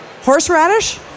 Horseradish